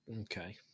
Okay